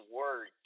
word